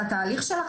צה"ל?